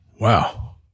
Wow